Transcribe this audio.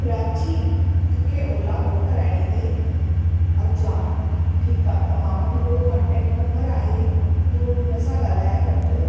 प्राची तोखे Ola book कराइणी अथई अछा ठीकु आहे त मां वटि हिकिड़ो कॉन्टैक्ट नम्बर आहे तूं हुन सां ॻाल्हाए वठु